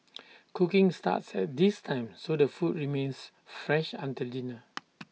cooking starts at this time so the food remains fresh until dinner